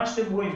מה שאתם רואים,